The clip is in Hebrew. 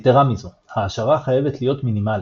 יתרה מזו, ההשערה חייבת להיות מינימלית.